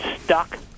stuck